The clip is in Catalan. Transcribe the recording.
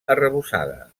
arrebossada